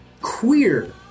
queer